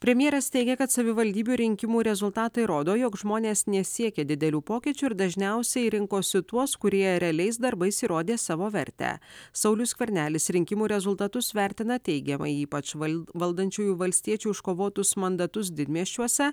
premjeras teigia kad savivaldybių rinkimų rezultatai rodo jog žmonės nesiekia didelių pokyčių ir dažniausiai rinkosi tuos kurie realiais darbais įrodė savo vertę saulius skvernelis rinkimų rezultatus vertina teigiamai ypač valdančiųjų valstiečių iškovotus mandatus didmiesčiuose